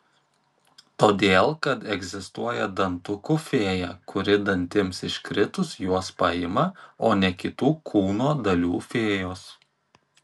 todėl kad egzistuoja dantukų fėja kuri dantims iškritus juos paima o ne kitų kūno dalių fėjos